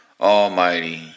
Almighty